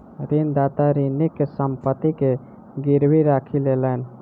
ऋणदाता ऋणीक संपत्ति के गीरवी राखी लेलैन